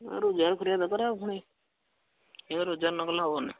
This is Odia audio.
ରୋଜଗାର କରିବା ଦରକାର ଆଉ ପୁଣି ରୋଜଗାର ନ କଲେ ହେବନି